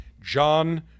John